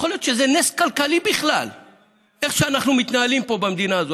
יכול להיות שזה נס כלכלי בכלל איך שאנחנו מתנהלים פה במדינה הזאת.